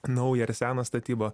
naują ar seną statybą